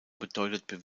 bedeutet